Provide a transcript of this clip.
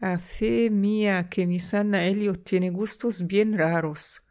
a fe mía que miss ana elliot tiene gustos bien raros